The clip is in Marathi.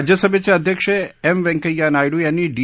राज्यसभेचे अध्यक्ष एम व्यंकैय्या नायडू यांनी डी